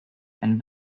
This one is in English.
and